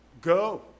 Go